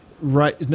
right